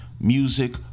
music